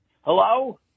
hello